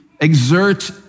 exert